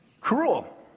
cruel